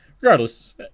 regardless